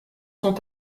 sont